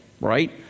Right